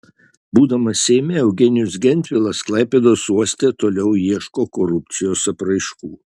būdamas seime eugenijus gentvilas klaipėdos uoste toliau ieško korupcijos apraiškų